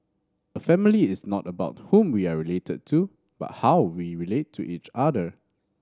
a family is not about whom we are related to but how we relate to each other